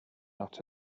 not